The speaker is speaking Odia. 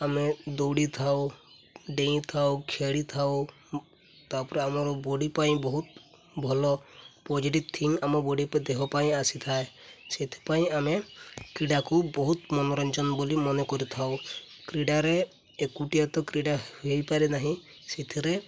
ଆମେ ଦୌଡ଼ିଥାଉ ଡେଇଁ ଥାଉ ଖେଳିଥାଉ ତା'ପରେ ଆମର ବଡ଼ି ପାଇଁ ବହୁତ ଭଲ ପଜିଟିଭ୍ ଥିଙ୍ଗ୍ ଆମ ବଡ଼ି ପ୍ରତି ଦେହ ପାଇଁ ଆସିଥାଏ ସେଥିପାଇଁ ଆମେ କ୍ରୀଡ଼ାକୁ ବହୁତ ମନୋରଞ୍ଜନ ବୋଲି ମନେ କରିଥାଉ କ୍ରୀଡ଼ାରେ ଏକୁଟିଆ ତ କ୍ରୀଡ଼ା ହେଇପାରେ ନାହିଁ ସେଥିରେ